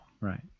Right